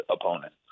opponent